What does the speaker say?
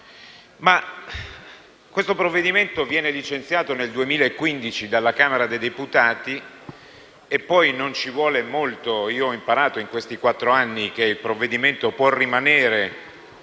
Questo provvedimento viene licenziato nel 2015 dalla Camera dei deputati e poi non ci vuole molto: ho imparato in questi quattro anni che il provvedimento può rimanere